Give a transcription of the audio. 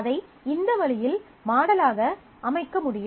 அதை இந்த வழியில் மாடலாக அமைக்க முடியும்